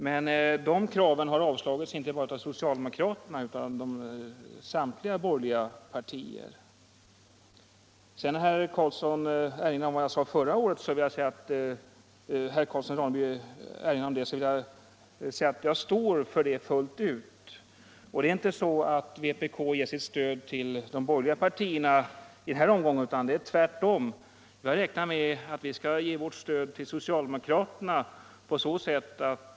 Men de kraven har avslagits inte bara av socialdemokraterna utan av samtliga borgerliga partier. Herr Carlsson i Vikmanshyttan erinrade sedan om vad jag sade förra året, och jag kan säga att jag står för det. Det är inte så att vpk ger sitt stöd till de borgerliga partierna i den här omgången, utan vi ger det tvärtom till socialdemokraterna.